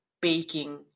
baking